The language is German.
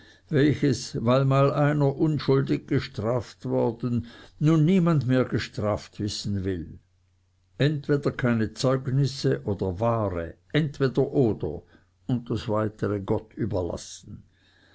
welches weil mal einer unschuldig gestraft worden nun niemand mehr gestraft wissen will entweder keine zeugnisse oder wahre entweder oder und das weitere gott überlassen